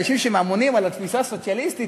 אנשים שאמונים על התפיסה הסוציאליסטית,